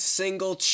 single